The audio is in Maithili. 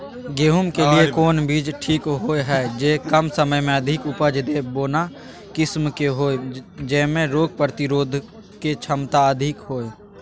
गेहूं के लिए कोन बीज ठीक होय हय, जे कम समय मे अधिक उपज दे, बौना किस्म के होय, जैमे रोग प्रतिरोधक क्षमता अधिक होय?